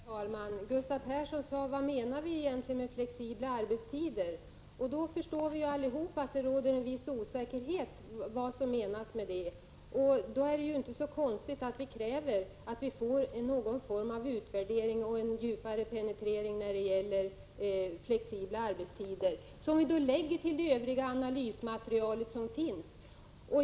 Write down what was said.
Herr talman! Gustav Persson undrade vad vi egentligen menade med flexibla arbetstider. Då förstår vi allihop att det råder en viss osäkerhet om vad som menas med det. Därför är det inte så konstigt att vi kräver att få någon form av utvärdering och en djupare penetrering rörande flexibla arbetstider, som vi lägger till det övriga analysmaterial som finns.